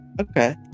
Okay